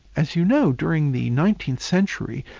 as you know, during the nineteenth century,